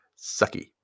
sucky